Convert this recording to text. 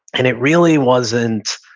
and it really wasn't,